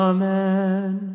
Amen